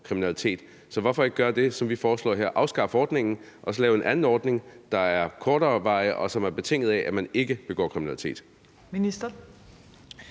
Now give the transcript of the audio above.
Så hvorfor ikke gøre det, som vi foreslår her, nemlig at afskaffe ordningen og så lave en anden ordning, der er af kortere varighed, og som er betinget af, at man ikke begår kriminalitet?